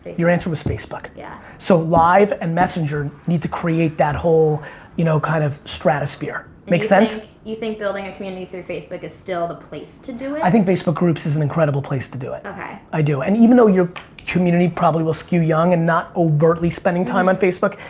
your answer was facebook. yeah. so live and messenger need to create that whole you know kind of stratosphere. make sense? you think building a community through facebook is still the place to do it? i think facebook groups is an incredible place to do it. okay. i do and even though you're community probably will skew young and not overly spending time on facebook,